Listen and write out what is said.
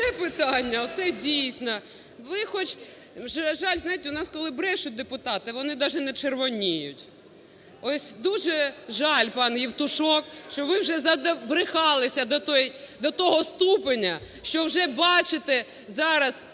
Оце питання! Оце, дійсно. Ви хоч… Жаль, знаєте, у нас, коли брешуть депутати, вони навіть не червоніють. Ось дуже жаль, пане Євтушок, що ви вже забрехалися до того ступеня, що вже бачите зараз,